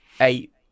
eight